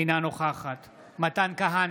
אינה נוכחת מתן כהנא,